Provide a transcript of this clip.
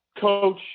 coach